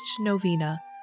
novena